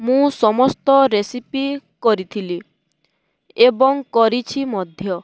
ମୁଁ ସମସ୍ତ ରେସିପି କରିଥିଲି ଏବଂ କରିଛି ମଧ୍ୟ